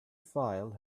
file